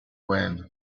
when